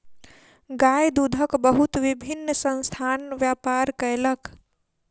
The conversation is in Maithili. गाय दूधक बहुत विभिन्न संस्थान व्यापार कयलक